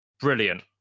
brilliant